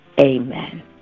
Amen